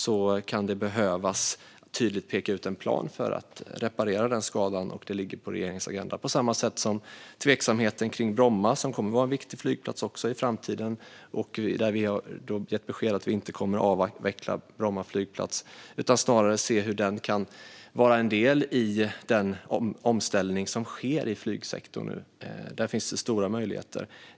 Då kan det behövas att man tydligt pekar ut en plan för att reparera den skadan, och det ligger på regeringens agenda. På samma sätt är det när det gäller tveksamheten kring Bromma, som kommer att vara en viktig flygplats också i framtiden. Vi har gett besked om att vi inte kommer att avveckla Bromma flygplats. Vi ska snarare se hur den kan vara en del i den omställning som nu sker i flygsektorn. Där finns det stora möjligheter.